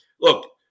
look